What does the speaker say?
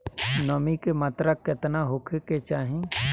नमी के मात्रा केतना होखे के चाही?